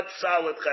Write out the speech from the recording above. solid